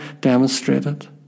demonstrated